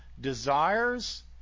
desires